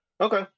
Okay